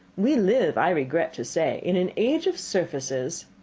we live, i regret to say, in an age of surfaces.